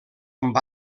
amb